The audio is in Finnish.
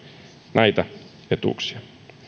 näitä etuuksia